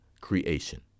creation